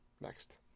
Next